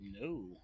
No